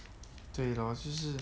对 lor 就是